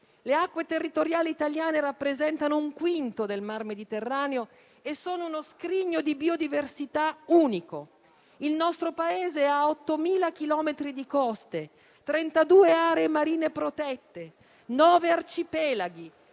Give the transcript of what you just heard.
Le acque territoriali italiane rappresentano un quinto del Mar Mediterraneo e sono uno scrigno di biodiversità unico. Il nostro Paese ha 8.000 chilometri di coste, 32 aree marine protette, 9 arcipelaghi,